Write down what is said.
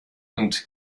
und